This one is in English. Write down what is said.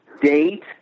date